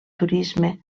turisme